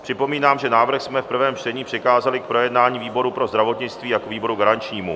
Připomínám, že návrh jsme v prvém čtení přikázali k projednání výboru pro zdravotnictví jako výboru garančnímu.